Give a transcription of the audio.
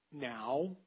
Now